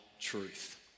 truth